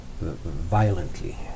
violently